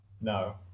no